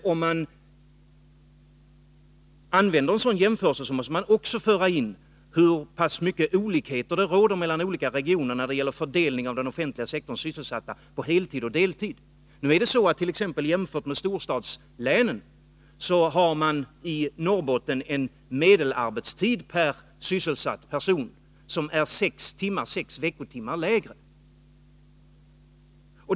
Om man använder en sådan jämförelse måste man också föra in hur pass stora olikheter det råder mellan olika regioner när det gäller fördelningen av den offentliga sektorns antal sysselsatta på heltid och deltid. Och t.ex. jämfört med storstadslänen har man i Norrbotten en medelarbetstid per sysselsatt person som är sex veckotimmar lägre.